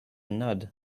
nod